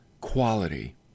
Quality